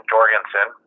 Jorgensen